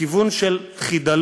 לכיוון של חידלון,